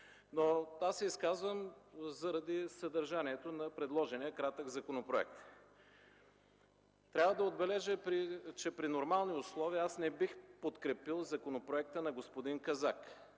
Аз се изказвам заради съдържанието на предложения кратък законопроект. Трябва да отбележа, че при нормални условия не бих подкрепил законопроекта на господин Казак,